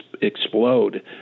explode